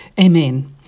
Amen